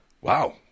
Wow